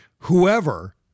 whoever